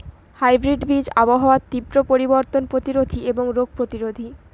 hybrid বীজ আবহাওয়ার তীব্র পরিবর্তন প্রতিরোধী এবং রোগ প্রতিরোধী